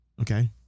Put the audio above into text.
Okay